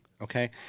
Okay